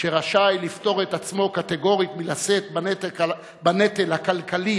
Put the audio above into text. שרשאי לפטור את עצמו קטגורית מלשאת בנטל הכלכלי,